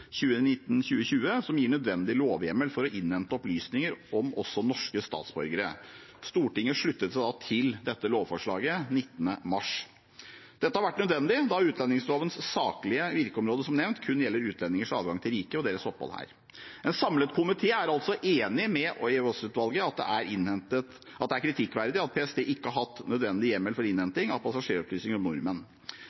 som gir nødvendig lovhjemmel for å innhente opplysninger om også norske statsborgere. Stortinget sluttet seg til dette lovforslaget 19. mars 2020. Dette har vært nødvendig da utlendingslovens saklige virkeområde, som nevnt, kun gjelder utlendingers adgang til riket og deres opphold her. En samlet komité er altså enig med EOS-utvalget i at det er kritikkverdig at PST ikke har hatt nødvendig hjemmel for